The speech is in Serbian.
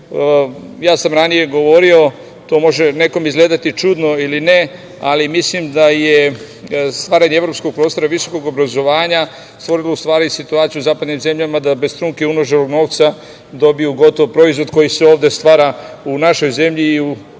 sam govorio, to može nekom izgledati čudno ili ne, ali mislim da je stvaranje evropskog prostora visokog obrazovanja stvorilo u stvari situaciju u zapadnim zemljama da bez trunke uloženog novca dobiju gotov proizvod, koji se ovde stvara u našoj zemlji i u